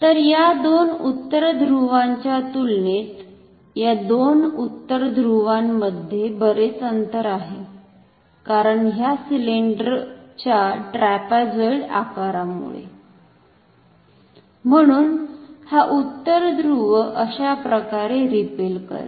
तर या दोन उत्तर ध्रुवांच्या तुलनेत या दोन उत्तर ध्रुवांमध्ये बरेच अंतर आहे कारण ह्या सिलेंडर च्या ट्रॅपेझॉइडल आकारामुळे म्हणुन हा उत्तर ध्रुव अशाप्रकारे रिपेल करेल